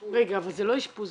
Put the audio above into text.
טיפול -- אבל אלה לא אשפוזיות.